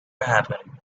happen